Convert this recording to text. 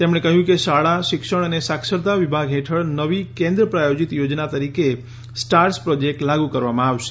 તેમણે કહ્યું કે શાળા શિક્ષણ અને સાક્ષરતા વિભાગ હેઠળ નવી કેન્દ્ર પ્રાયોજિત યોજના તરીકે સ્ટાર્સ પ્રોજેક્ટ લાગુ કરવામાં આવશે